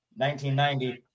1990